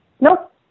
nope